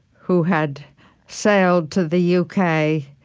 who had sailed to the u k.